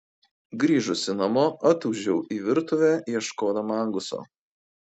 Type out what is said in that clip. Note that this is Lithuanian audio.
grįžusi namo atūžiau į virtuvę ieškodama anguso